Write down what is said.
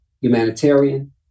humanitarian